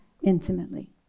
intimately